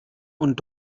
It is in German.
und